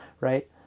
right